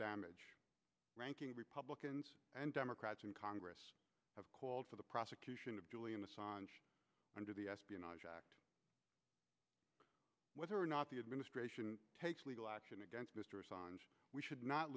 damage ranking republicans and democrats in congress have called for the prosecution of julian a songe under the espionage act whether or not the administration takes legal action against mr saunders we should not